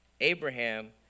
Abraham